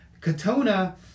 Katona